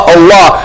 Allah